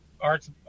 arts